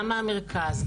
גם מהמרכז,